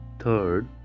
third